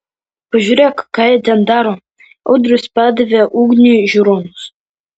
pažiūrėk ką jie ten daro audrius padavė ugniui žiūronus